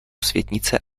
světnice